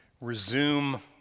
resume